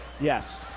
Yes